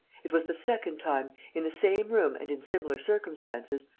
it was the second time, in the same room and in similar circumstances,